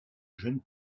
jeune